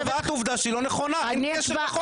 את קובעת עובדה שהיא לא נכונה בלי קשר לחוק בכלל.